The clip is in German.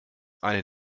eine